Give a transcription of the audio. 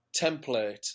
template